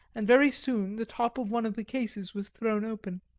and very soon the top of one of the cases was thrown open.